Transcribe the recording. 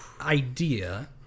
idea